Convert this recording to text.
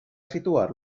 situar